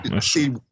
see